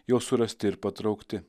jo surasti ir patraukti